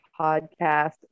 podcast